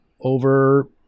over